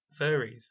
furries